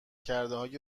کردههای